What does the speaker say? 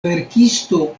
verkisto